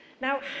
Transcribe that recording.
Now